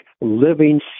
living